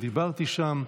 דיברתי שם.